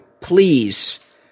please